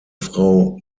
frau